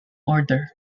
order